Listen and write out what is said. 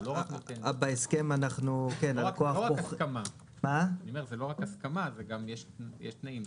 זה לא רק הסכמה יש גם תנאים.